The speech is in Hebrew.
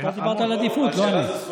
אתה דיברת על עדיפות, לא אני.